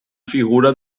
figura